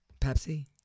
Pepsi